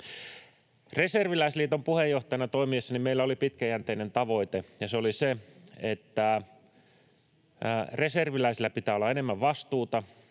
Reserviläisliiton puheenjohtajana toimiessani meillä oli pitkäjänteinen tavoite, ja se oli se, että reserviläisillä pitää olla enemmän vastuuta